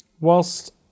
whilst